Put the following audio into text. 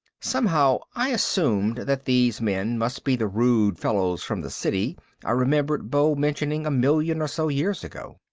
somehow i assumed that these men must be the rude fellows from the city i remembered beau mentioning a million or so years ago.